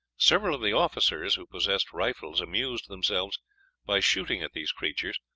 several of the officers who possessed rifles amused themselves by shooting at these creatures,